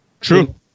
True